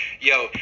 yo